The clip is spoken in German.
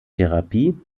therapie